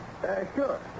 Sure